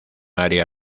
área